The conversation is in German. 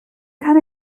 kann